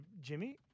Jimmy